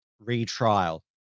Retrial